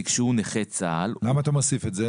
שהוא נכה צה"ל --- למה אתה מוסיף את זה?